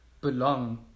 belong